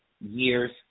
years